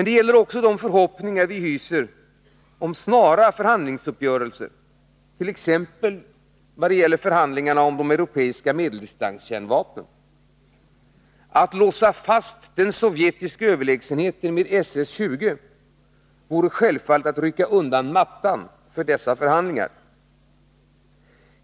Det gäller också de förhoppningar som vi hyser om snara förhandlingsuppgörelser, t.ex. i vad det gäller förhandlingarna om de europeiska medeldistanskärnvapnen. Att låsa fast den sovjetiska överlägsenheten med SS 20 vore självfallet att rycka undan mattan för dessa förhandlingar.